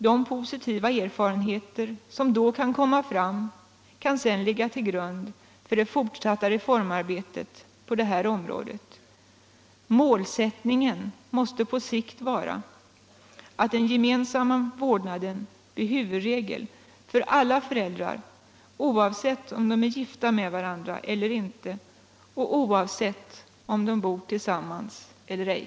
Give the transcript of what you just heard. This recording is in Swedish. De positiva erfarenheter som då kan komma fram kan sedan ligga till grund för det fortsatta reformarbetet på det här området. Målsättningen måste på sikt vara att den gemensamma vårdnaden blir huvudregel för alla föräldrar, oavsett om de är gifta med varandra eller inte och oavsett om de bor tillsammans eller ej.